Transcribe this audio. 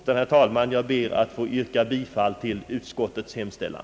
Herr talman! Jag ber att få yrka bifall till utskottets hemställan.